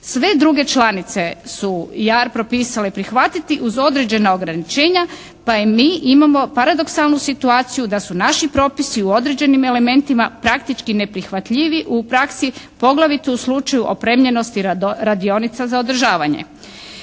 Sve druge članice su «JAR» propisale prihvatiti uz određena ograničenja pa i mi imamo paradoksalnu situaciju da su naši propisi u određenim elementima praktički neprihvatljivi u praksi. Poglavito u slučaju opremeljenosti radionica za održavanje.